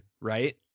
right